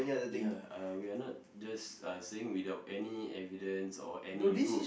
ya uh we are not just uh saying without any evidence or any proof